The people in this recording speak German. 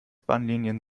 bahnlinien